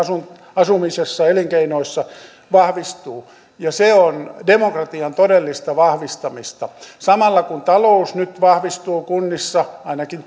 asumisessa elinkeinoissa vahvistuvat ja se on demokratian todellista vahvistamista samalla kun talous nyt vahvistuu kunnissa ainakin